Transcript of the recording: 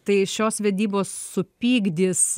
tai šios vedybos supykdys